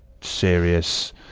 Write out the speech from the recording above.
serious